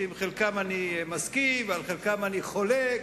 שעם חלקם אני מסכים ועל חלקם אני חולק,